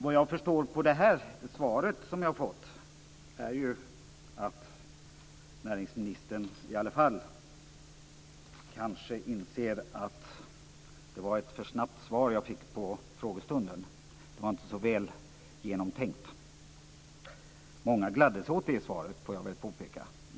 Av det svar som jag har fått förstår jag att näringsministern i alla fall kanske inser att det svar jag fick under frågestunden kom för snabbt. Det var inte så välgenomtänkt. Många gladde sig åt det svaret, får jag påpeka.